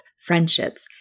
friendships